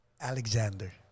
Alexander